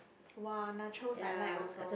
!wah! nachos I like also